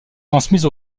transmise